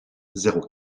zéro